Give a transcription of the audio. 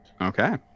Okay